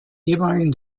ehemaligen